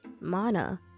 Mana